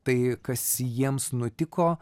tai kas jiems nutiko